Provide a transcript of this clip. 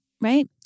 right